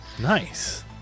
nice